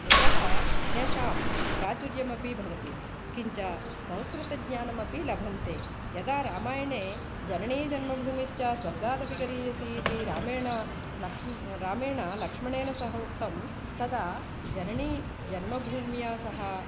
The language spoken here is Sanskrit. अतः तेषां प्राचुर्यमपि भवति किञ्च संस्कृतज्ञानमपि लभन्ते यदा रामायणे जननी जनमभूमिश्च स्वर्गादपि गरीयसी इति रामेण लक्ष्मणं रामेण लक्ष्मणेन सह उक्तं तदा जननी जन्मभूम्या सह